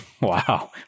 Wow